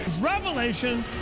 Revelation